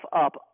up